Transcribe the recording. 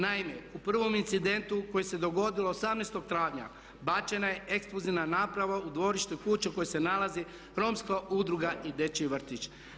Naime, u prvom incidentu koji se dogodio 18.travnja bačena je eksplozivna naprava u dvorište kuće u kojoj se nalazi Romska udruga i dječji vrtić.